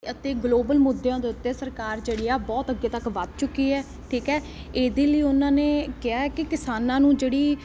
ਅਤੇ ਗਲੋਬਲ ਮੁੱਦਿਆਂ ਦੇ ਉੱਤੇ ਸਰਕਾਰ ਜਿਹੜੀ ਆ ਬਹੁਤ ਅੱਗੇ ਤੱਕ ਵੱਧ ਚੁੱਕੀ ਹੈ ਠੀਕ ਹੈ ਇਹਦੇ ਲਈ ਉਹਨਾਂ ਨੇ ਕਿਹਾ ਹੈ ਕਿ ਕਿਸਾਨਾਂ ਨੂੰ ਜਿਹੜੀ